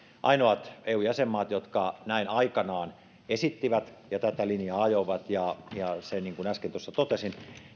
ainoat eu jäsenmaat jotka näin aikanaan esittivät ja tätä linjaa ajoivat niin kuin äsken tuossa totesin